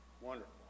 Wonderful